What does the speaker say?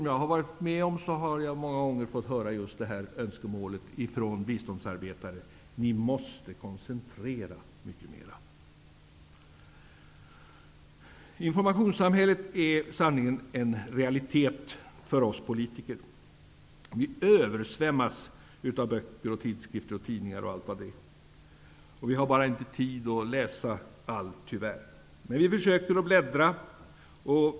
Jag har på resor många gånger från biståndsarbetare fått höra just önskemål om att vi måste koncentrera biståndet mycket mer. Informationssamhället är i sanning en realitet för oss politiker. Vi översvämmas av böcker, tidskrifter och tidningar. Vi har tyvärr inte tid att läsa allt, men vi försöker att bläddra i dem.